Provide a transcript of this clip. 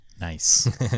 Nice